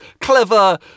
clever